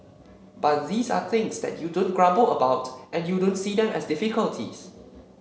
but these are things that you don't grumble about and you don't see them as difficulties